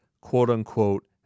quote-unquote